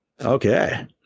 Okay